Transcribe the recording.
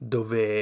Dove